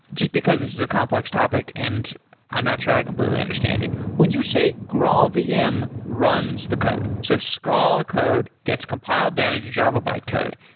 just because this is a complex topic and i'm not sure i completely understand it. when you say graalvm runs the code. so scala code gets compiled down into java bytecode,